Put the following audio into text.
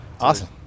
Awesome